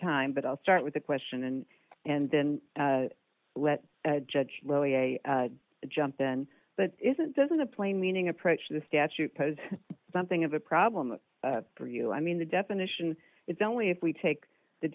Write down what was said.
time but i'll start with the question and and then let the judge jump in but isn't doesn't the plain meaning approach the statute pose something of a problem for you i mean the definition is only if we take the